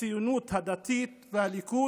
הציונות הדתית והליכוד.